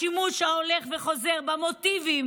השימוש הולך וחוזר במוטיבים,